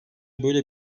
böyle